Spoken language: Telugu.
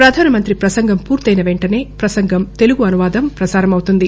పధానమంతి పసంగం పూర్తి అయిన వెంటనే ప్రసంగం తెలుగు అనువాదం ప్రసారం అవుతుంది